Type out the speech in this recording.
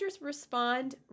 respond